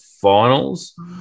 finals